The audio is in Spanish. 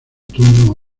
tundra